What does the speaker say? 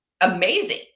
amazing